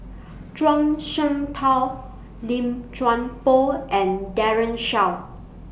Zhuang Shengtao Lim Chuan Poh and Daren Shiau